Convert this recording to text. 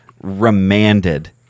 remanded